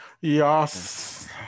yes